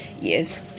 years